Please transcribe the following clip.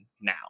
now